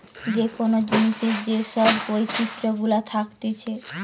যে কোন জিনিসের যে সব বৈচিত্র গুলা থাকতিছে